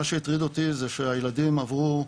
מה שהטריד אותי זה שהילדים עברו,